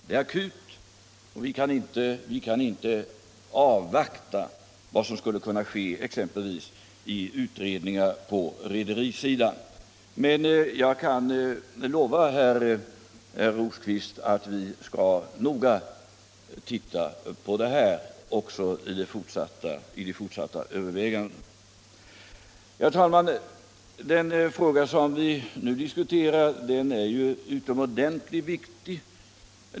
Det är akut och vi kan inte avvakta vad som skulle kunna ske exempelvis genom utredningar på rederisidan. Men jag kan lova herr Rosqvist att vi skall noga titta på detta också vid de fortsatta övervägandena. Herr talman! Den fråga som vi nu diskuterar är utomordentligt viktig.